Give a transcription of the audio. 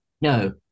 No